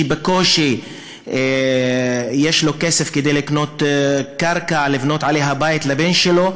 מי שבקושי יש לו כסף כדי לקנות קרקע ולבנות עליה בית לבן שלו,